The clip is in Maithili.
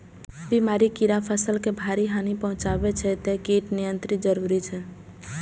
बीमारी, कीड़ा फसल के भारी हानि पहुंचाबै छै, तें कीट नियंत्रण जरूरी छै